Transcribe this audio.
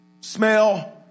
smell